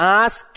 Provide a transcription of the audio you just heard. ask